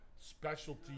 specialty